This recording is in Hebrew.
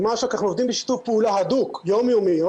אנחנו עובדים בשיתוף פעולה הדוק, יום יומי, עם